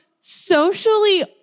socially